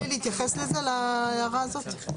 תוכלי להתייחס להערה הזאת?